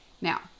Now